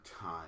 time